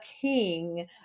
King